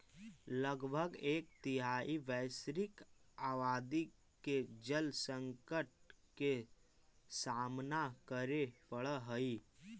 लगभग एक तिहाई वैश्विक आबादी के जल संकट के सामना करे पड़ऽ हई